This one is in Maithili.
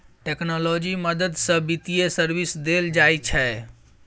टेक्नोलॉजी मदद सँ बित्तीय सर्विस देल जाइ छै